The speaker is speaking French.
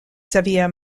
xavier